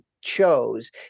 chose